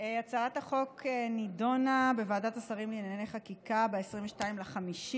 החוק נדונה בוועדת השרים לענייני חקיקה ב-22 במאי,